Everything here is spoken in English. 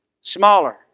Smaller